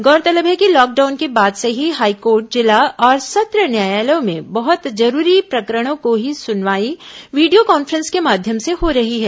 गौरतलब है कि लॉकडाउन के बाद से ही हाईकोर्ट जिला और सत्र न्यायालयों में बहुत जरूरी प्रकरणों की ही सुनवाई वीडियो कॉन्फ्रेंस के माध्यम से हो रही है